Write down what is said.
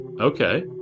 Okay